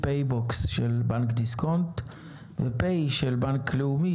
"פייבוקס" של בנק דיסקונט ו"פיי" של בנק לאומי,